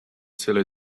seller